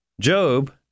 Job